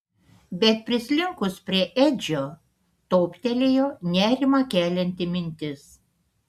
bet prislinkus prie edžio toptelėjo nerimą kelianti mintis